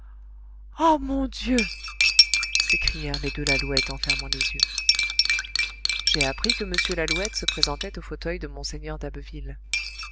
ah mon dieu s'écrièrent les deux lalouette en fermant les yeux j'ai appris que m lalouette se présentait au fauteuil de mgr d'abbeville